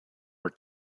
were